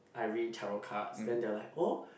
I read tarot cards then they are like oh